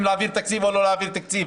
אם להעביר תקציב או לא להעביר תקציב.